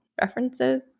references